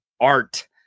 art